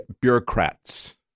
bureaucrats